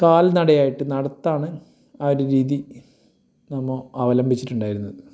കാൽ നടയായിട്ട് നടത്തമാണ് ഒരു രീതി നമ്മൾ അവലംബിച്ചിട്ടുണ്ടായിരുന്നത്